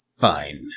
Fine